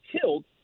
killed